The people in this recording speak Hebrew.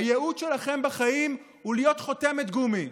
הייעוד שלכם בחיים הוא להיות חותמת גומי.